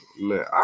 Man